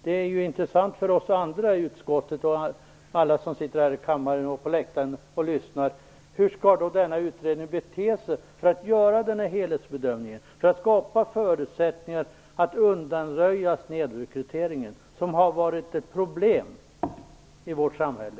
Det är ju intressant för oss andra i utskottet, alla här i kammaren och de på läktaren som lyssnar att få veta hur denna utredning skall bete sig för att göra denna helhetsbedömning och skapa förutsättningar för att undanröja den snedrekrytering som har varit ett problem i vårt samhälle.